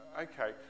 Okay